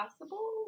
possible